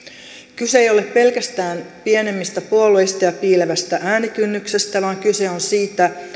kyse ei ole pelkästään pienemmistä puolueista ja piilevästä äänikynnyksestä vaan kyse on siitä